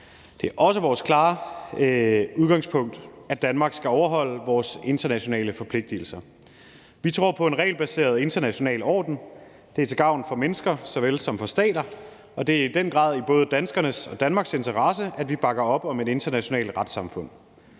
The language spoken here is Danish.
Det er også vores klare udgangspunkt, at Danmark skal overholde vores internationale forpligtelser. Vi tror på en regelbaseret international orden. Det er til gavn for mennesker såvel som for stater, og det er i den grad i både danskernes og Danmarks interesse, at vi bakker op om et internationalt retssamfund.